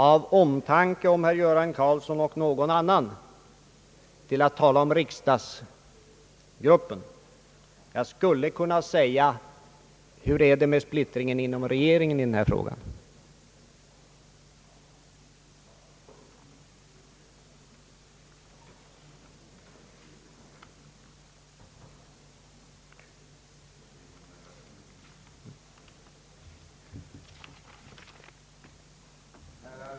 Av omtanke om herr Göran Karlsson och någon annan begränsade jag mig till att tala om riksdagsgruppen. Men jag skulle kunna ha frågat hur det är med splittringen inom regeringen i den här frågan.